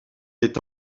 est